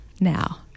now